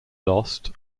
lost